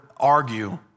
argue